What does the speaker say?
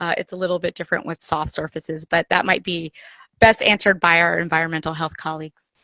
it's a little bit different with soft surfaces. but that might be best answered by our environmental health colleagues.